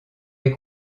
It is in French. les